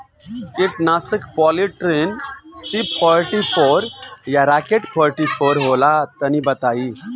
कीटनाशक Polytrin C forty four या Rocket forty four होला तनि बताई?